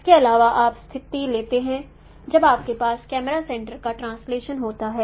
इसके अलावा आप एक स्थिति लेते हैं जब आपके पास कैमरा सेंटर का ट्रांसलेटशन होता है